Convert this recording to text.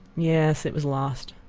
yes it was lost.